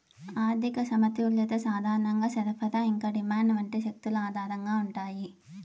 ఆర్థిక సమతుల్యత సాధారణంగా సరఫరా ఇంకా డిమాండ్ వంటి శక్తుల ఆధారంగా ఉంటాయి